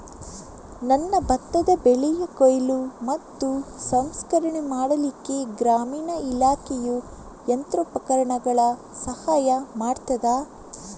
ನನ್ನ ಭತ್ತದ ಬೆಳೆಯ ಕೊಯ್ಲು ಮತ್ತು ಸಂಸ್ಕರಣೆ ಮಾಡಲಿಕ್ಕೆ ಗ್ರಾಮೀಣ ಇಲಾಖೆಯು ಯಂತ್ರೋಪಕರಣಗಳ ಸಹಾಯ ಮಾಡುತ್ತದಾ?